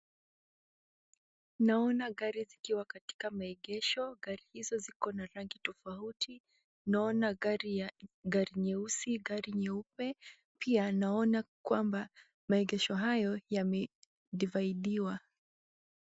Naona gari zikiwa katika maegesho. Gari hizo ziko na rangi tofauti. Naona gari ya nyeusi, gari nyeupe, pia naona kwamba maegesho hayo yamedividiwa